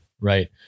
right